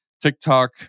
TikTok